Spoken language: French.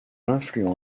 affluent